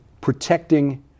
protecting